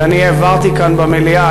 שאני העברתי כאן במליאה,